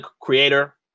creator